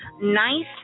nice